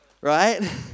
Right